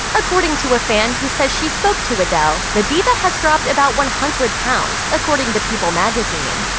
according to a fan who says she spoke to adele, the diva has dropped about one hundred pounds, according to people magazine.